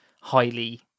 highly